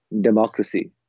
democracy